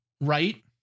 right